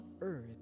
earth